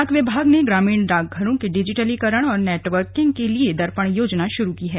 डाक विभाग ने ग्रामीण डाकघरों के डिजीटलीकरण और नेटवर्किंग के लिए दर्पण योजना शुरू की है